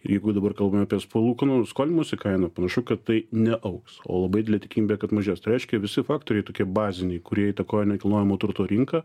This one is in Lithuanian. jeigu dabar kalbame apie palūkanų skolinimosi kainą panašu kad tai neaugs o labai didelė tikimybė kad mažės tai reiškia visi faktoriai tokie baziniai kurie įtakoja nekilnojamo turto rinką